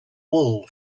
wool